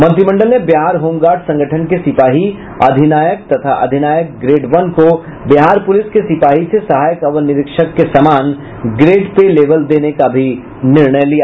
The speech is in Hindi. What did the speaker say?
मंत्रिमंडल ने बिहार होमगार्ड संगठन के सिपाही अधिनायक तथा अधिनायक ग्रेड वन को बिहार पुलिस के सिपाही से सहायक अवर निरीक्षक के समान ग्रेड पे लेवल देने का भी निर्णय लिया